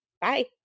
Bye